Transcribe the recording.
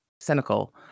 cynical